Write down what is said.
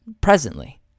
presently